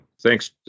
Thanks